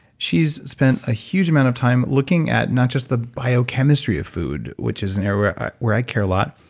she's spent a huge amount of time looking at not just the biochemistry of food, which is an area where where i care a lot,